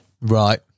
Right